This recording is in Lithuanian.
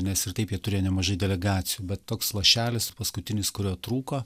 nes ir taip jie turėjo nemažai delegacijų bet toks lašelis paskutinis kurio trūko